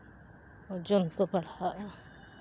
ᱳᱡᱳᱱ ᱠᱚ ᱵᱟᱲᱦᱟᱜᱼᱟ